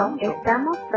Estamos